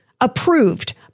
approved